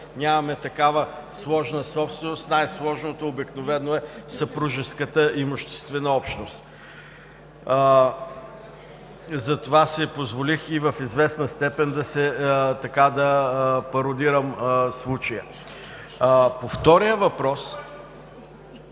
нямаме такава сложна собственост. Най-сложното обикновено е съпружеската имуществена общност. Затова си позволих в известна степен да пародирам от случая. (Силен